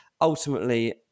ultimately